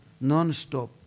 non-stop